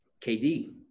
KD